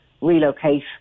relocate